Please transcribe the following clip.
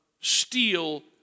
steal